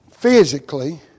physically